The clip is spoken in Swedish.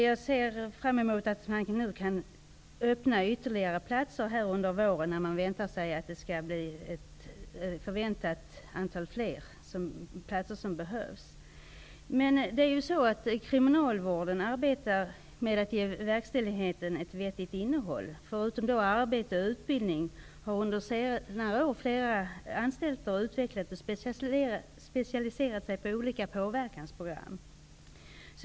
Jag ser fram emot att man nu kan öppna ytterligare platser under våren, när man väntar sig att ett större antal platser behövs. Men kriminalvården arbetar med att ge verkställigheten ett vettigt innehåll. Förutom arbete och utbildning har under senare år flera anstalter utvecklat och specialiserat sig på olika påverkansprogram.